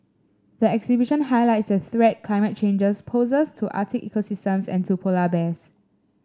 the exhibition highlights the threat climate change poses to Arctic ecosystems and to polar bears